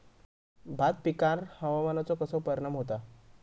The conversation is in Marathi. भात पिकांर हवामानाचो कसो परिणाम होता?